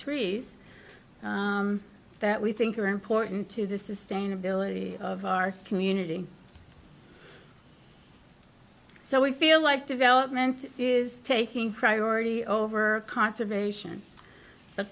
trees that we think are important to the sustainability of our community so we feel like development is taking priority over conservation